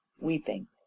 Weeping